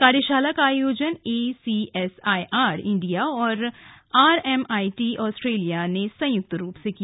कार्यशाला का आयोजन एसीएसआइआर इंडिया और आरएमआइटी ऑस्ट्रेलिया ने संयुक्त रूप से किया